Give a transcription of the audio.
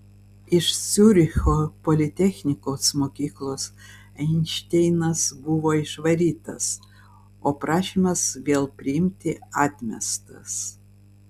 iš ciuricho politechnikos mokyklos einšteinas buvo išvarytas o prašymas vėl priimti atmestas